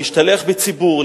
להשתלח בציבור,